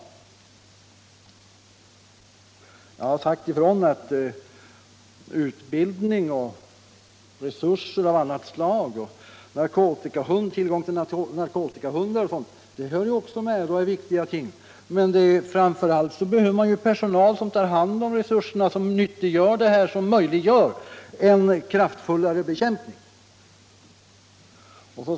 Jag har understrukit att utbildning och resurser av annat slag, tillgång till narkotikahundar m.m., också hör till och är viktiga ting, men framför allt behöver man personal som nyttiggör resurserna och möjliggör en kraftfullare bekämpning.